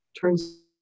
turns